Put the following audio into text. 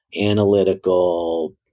analytical